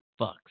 fucks